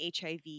HIV